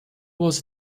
was